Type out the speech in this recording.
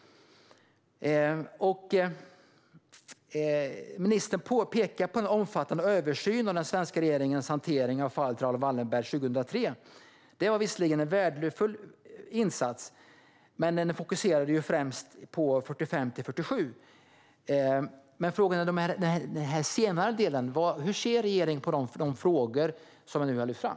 Ministern pekar på en omfattande översyn av den svenska regeringens hantering av fallet Raoul Wallenberg som gjordes 2003. Det var visserligen en värdefull insats, men den fokuserade främst på åren 1945-1947. När det gäller senare år undrar jag: Hur ser regeringen på de frågor som nu har lyfts fram?